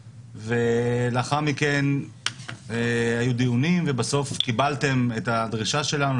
ולאחר מכן היו דיונים ובסוף קיבלתם את הדרישה שלנו,